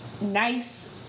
nice